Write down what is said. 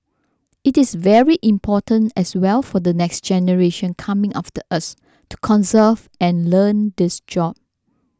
it is very important as well for the next generation coming after us to conserve and learn this job